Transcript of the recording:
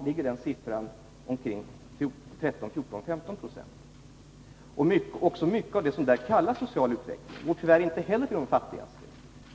I dag är den siffran 13, 14, 15 96. Mycket av det som kallas social utveckling kommer tyvärrinte heller de fattigaste